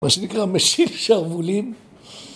‫מה שנקרא, מפשיל שרוולים.